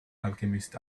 alchemist